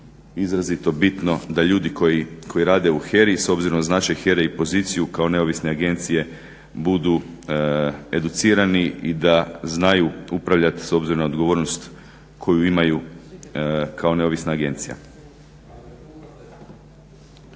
izrazito bitno da ljudi koji rade u HERA-i s obzirom na značaj HERA-e i poziciju kao neovisne agencije budu educirani i da znaju upravljati s obzirom na odgovornost koju imaju kao neovisna agencija.